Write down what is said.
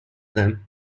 them